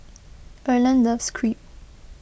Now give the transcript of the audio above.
Erland loves Crepe